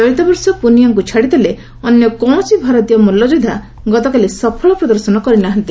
ଚଳିତବର୍ଷ ପୁନିଆକୁ ଛାଡିଦେଲେ ଅନ୍ୟ କୌଣସି ଭାରତୀୟ ମଲ୍ଲଯୋଦ୍ଧା ଗତକାଲି ସଫଳ ପ୍ରଦର୍ଶନ କରିନାହାନ୍ତି